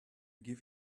give